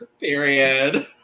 Period